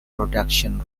production